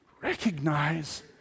recognize